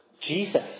Jesus